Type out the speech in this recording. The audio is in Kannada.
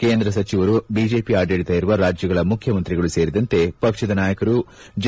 ಕೇಂದ್ರ ಸಚಿವರು ಬಿಜೆಪಿ ಆಡಳಿತ ಇರುವ ರಾಜ್ಯಗಳ ಮುಖ್ಯಮಂತ್ರಿಗಳು ಸೇರಿದಂತೆ ಪಕ್ಷದ ನಾಯಕರು ಜೆ